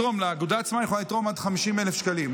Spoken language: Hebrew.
האגודה עצמה יכולה לתרום עד 50,000 שקלים.